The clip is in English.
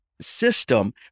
System